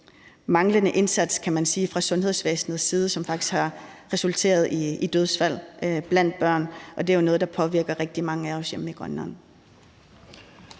manglende indsats fra sundhedsvæsenets side, som faktisk har resulteret i dødsfald blandt børn. Det er jo noget, der påvirker rigtig mange af os hjemme i Grønland.